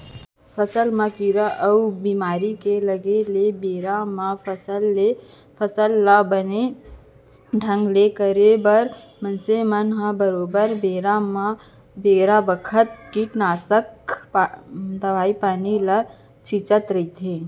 फसल म कीरा अउ बेमारी के लगे ले बेरा म फसल ल बने ढंग ले करे बर मनसे मन बरोबर बेरा बखत कीटनासक दवई पानी ल छींचत रथें